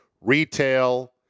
retail